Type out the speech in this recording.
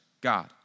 God